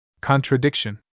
Contradiction